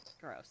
gross